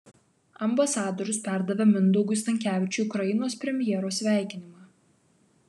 ambasadorius perdavė mindaugui stankevičiui ukrainos premjero sveikinimą